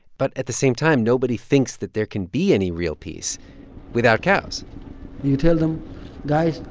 but at the same time, nobody thinks that there can be any real peace without cows you tell them guys,